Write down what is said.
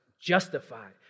justified